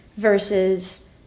Versus